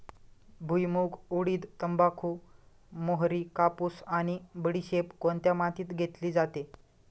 भुईमूग, उडीद, तंबाखू, मोहरी, कापूस आणि बडीशेप कोणत्या मातीत घेतली जाते?